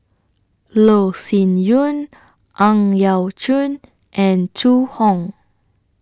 Loh Sin Yun Ang Yau Choon and Zhu Hong